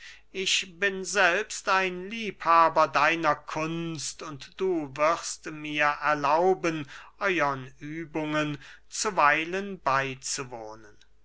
ich bin selbst ein liebhaber deiner kunst und du wirst mir erlauben euern übungen zuweilen beyzuwohnen